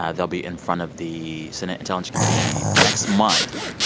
um they'll be in front of the senate intelligence committee next month.